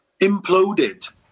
imploded